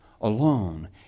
alone